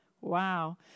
Wow